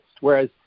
Whereas